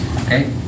Okay